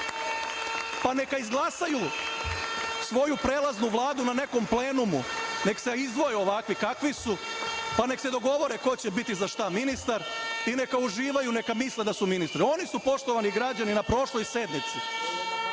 Pa, neka izglasaju svoju prelaznu vladu na nekom plenumu, neka se izdvoje ovakvi kakvi su, neka se dogovore ko će biti za šta ministar i neka uživaju, neka misle da su ministri. Oni su, poštovani građani, na prošloj sednici,